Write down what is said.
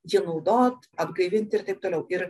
jį naudot atgaivint ir taip toliau ir